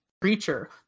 creature